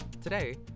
Today